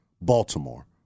Baltimore